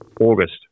August